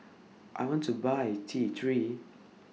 I want to Buy T three